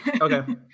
Okay